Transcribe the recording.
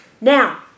Now